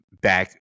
back